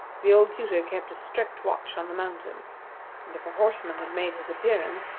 the old tutor kept a strict watch on the mountain and if a horseman had made his appearance,